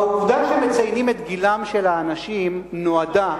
העובדה שמציינים את גילם של האנשים נועדה,